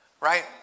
Right